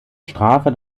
strafe